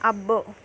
అబ్బో